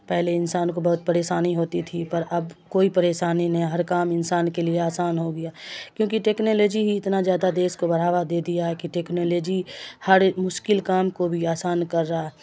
پہلے انسان کو بہت پریشانی ہوتی تھی پر اب کوئی پریشانی نہیں ہر کام انسان کے لیے آسان ہو گیا کیونکہ ٹکنالوجی ہی اتنا زیادہ دیس کو بڑھاوا دے دیا ہے کہ ٹکنالوجی ہر مشکل کام کو بھی آسان کر رہا ہے